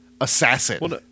Assassin